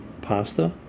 pasta